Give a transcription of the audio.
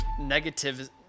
Negative